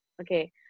Okay